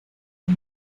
con